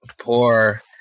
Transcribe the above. poor